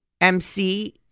mc